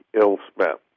ill-spent